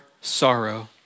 sorrow